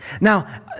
Now